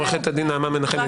עורכת הדין נעמה מנחמי,